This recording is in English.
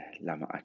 Lama